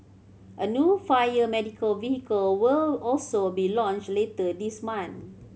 a new fire medical vehicle will also be launched later this month